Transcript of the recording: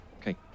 okay